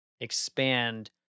expand